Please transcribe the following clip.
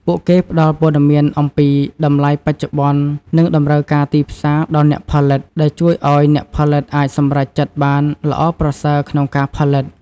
ពួកគេផ្តល់ព័ត៌មានអំពីតម្លៃបច្ចុប្បន្ន និងតម្រូវការទីផ្សារដល់អ្នកផលិត ដែលជួយឱ្យអ្នកផលិតអាចសម្រេចចិត្តបានល្អប្រសើរក្នុងការផលិត។